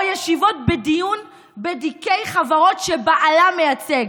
או ישיבות בדיון בתיקי חברות שבעלה מייצג.